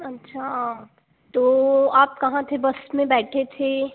अच्छा तो आप कहाँ थे बस में बैठे थे